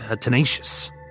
tenacious